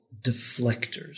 deflectors